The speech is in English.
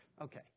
Okay